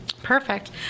Perfect